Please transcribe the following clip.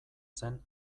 zen